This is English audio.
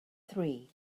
three